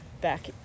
back